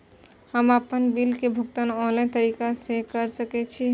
हम आपन बिल के भुगतान ऑनलाइन तरीका से कर सके छी?